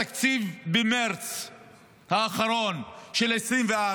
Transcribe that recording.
כשבמרץ האחרון אתה מאשר את התקציב של 2024